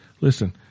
Listen